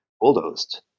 bulldozed